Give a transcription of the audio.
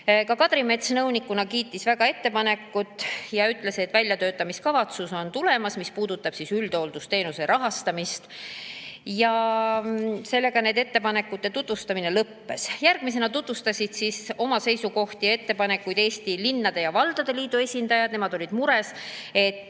Ka Kadri Mets nõunikuna kiitis väga ettepanekut ja ütles, et on tulemas väljatöötamiskavatsus, mis puudutab üldhooldusteenuse rahastamist. Sellega nende ettepanekute tutvustamine lõppes. Järgmisena tutvustasid oma seisukohti ja ettepanekuid Eesti Linnade ja Valdade Liidu esindajad. Nemad olid mures, et